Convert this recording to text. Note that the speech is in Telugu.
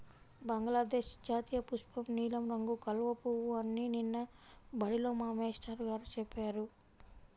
బంగ్లాదేశ్ జాతీయపుష్పం నీలం రంగు కలువ పువ్వు అని నిన్న బడిలో మా మేష్టారు గారు చెప్పారు